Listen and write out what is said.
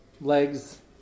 legs